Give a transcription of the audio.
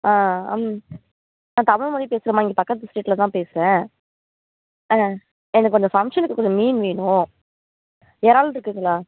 ஆ அம் நான் தமிழ்மொழி பேசுகிறேன்மா இங்கே பக்கத்து ஸ்ட்ரீட்டில் தான் பேசுகிறேன் ஆ எனக்கு கொஞ்சம் ஃபங்க்ஷனுக்கு கொஞ்சம் மீன் வேணும் இறால்ருக்குங்களா